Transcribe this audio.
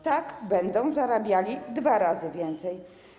Tak, będą zarabiali dwa razy więcej.